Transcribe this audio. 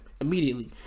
Immediately